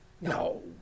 No